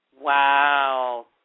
Wow